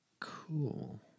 Cool